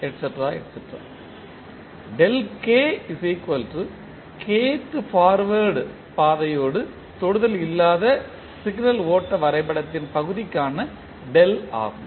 forward பாதையோடு தொடுதல் இல்லாத சிக்னல் ஓட்ட வரைபடத்தின் பகுதிக்கான ஆகும்